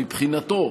מבחינתו,